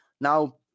Now